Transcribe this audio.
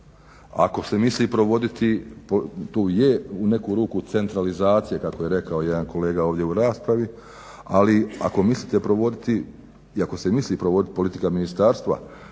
Ako se misli provoditi, tu je u neku ruku centralizacija kako je rekao jedan kolega ovdje u raspravi, ali ako mislite provoditi i ako se misli provoditi politika ministarstva